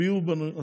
הביוב בנוי,